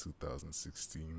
2016